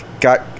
got